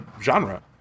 genre